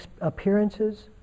appearances